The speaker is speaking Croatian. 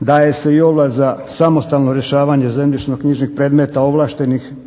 Daje se i ovlast za samostalno rješavanje zemljišno-knjižnih predmeta ovlaštenim